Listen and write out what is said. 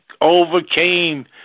overcame